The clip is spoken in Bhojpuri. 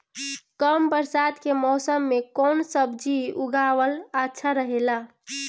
कम बरसात के मौसम में कउन सब्जी उगावल अच्छा रहेला?